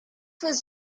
was